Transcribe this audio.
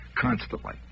constantly